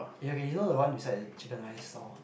okay you know the one beside the chicken rice stall